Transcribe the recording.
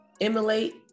emulate